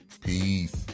Peace